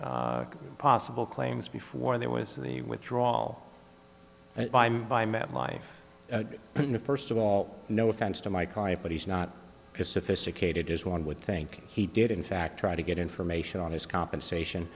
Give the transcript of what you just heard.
to possible claims before there was the withdraw all by metlife in the first of all no offense to my client but he's not as sophisticated as one would think he did in fact try to get information on his compensation